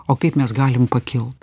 o kaip mes galim pakilt